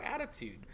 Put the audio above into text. attitude